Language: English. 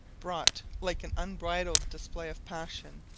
brought, like an unbridled display of passion,